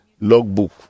logbook